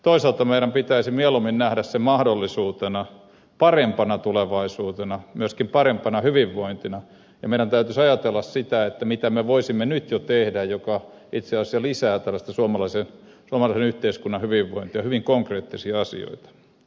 toisaalta meidän pitäisi mieluummin nähdä se mahdollisuutena parempana tulevaisuutena myöskin parempana hyvinvointina ja meidän täytyisi ajatella sitä mitä sellaista me voisimme nyt jo tehdä joka itse asiassa lisää tällaista suomalaisen yhteiskunnan hyvinvointia hyvin konkreettisia asioita